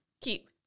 keep